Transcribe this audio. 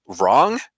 wrong